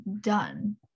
done